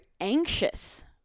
anxious